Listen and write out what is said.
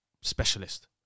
specialist